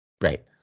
Right